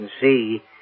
see